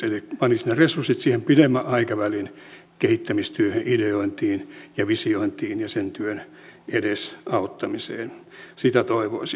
eli panisi ne resurssit siihen pidemmän aikavälin kehittämistyöhön ideointiin ja visiointiin ja sen työn edesauttamiseen sitä toivoisin